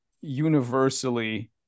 universally